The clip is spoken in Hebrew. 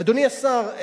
אדוני השר,